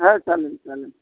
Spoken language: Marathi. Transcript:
हो चालेल चालेल